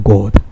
God